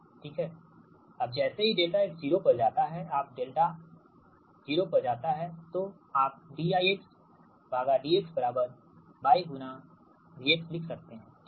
Ix∆x I∆x yVx∆x अब जैसे ही ∆x 0 पर जाता है आप dId y ∗ V लिख सकते हैं ठीक